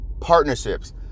partnerships